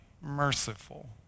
merciful